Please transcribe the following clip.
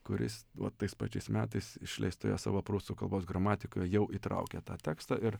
kuris va tais pačiais metais išleistoje savo prūsų kalbos gramatikoje jau įtraukė tą tekstą ir